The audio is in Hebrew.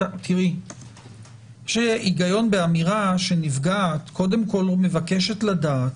יש היגיון באמירה שנפגעת קודם כל מבקשת לדעת,